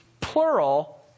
plural